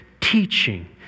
teaching